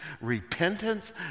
repentance